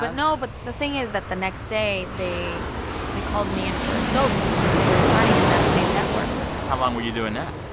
but, no. but the thing is that the next day, they they called me in for a soap that they were starting in that same network how long were you doing that?